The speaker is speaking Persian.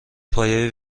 پایه